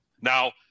now